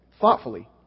thoughtfully